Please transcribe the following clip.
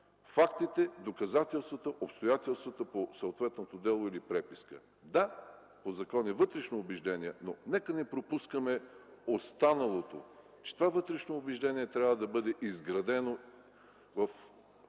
фактите, доказателствата, обстоятелствата по съответното дело или преписка. Да, по закон е „вътрешно убеждение”, но нека не пропускаме останалото – че това вътрешно убеждение трябва да бъде изградено в преценката